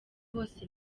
bose